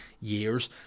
years